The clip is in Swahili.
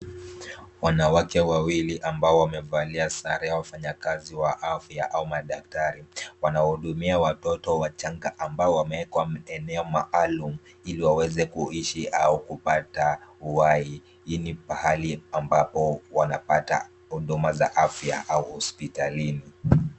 Wanawake wawili ambao wamevalia sare ya wafanyakazi wa afya au madaktari wanawahudumia watoto wachanga ambao wamewekwa eneo maalum ili waweze kuishi au kupata uhai. Hii ni pahali ambapo wanapata huduma za afya au hospitalini.